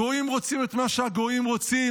הגויים רוצים את מה שהגויים רוצים,